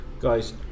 guys